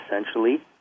essentially